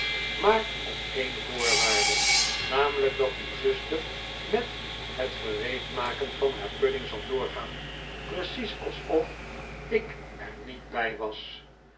maar op een voorwaarde namelijk dat uw zuster met het gereedmaken van haar pudding zal doorgaan precies alsof ik er niet bij was